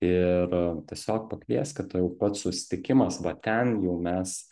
ir tiesiog pakviesk kadtuojau pat susitikimas va ten jau mes